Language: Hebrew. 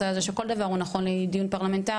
הזה - שכל דבר הוא נכון לדיון פרלמנטרית.